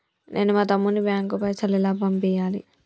నేను మా తమ్ముని బ్యాంకుకు పైసలు ఎలా పంపియ్యాలి?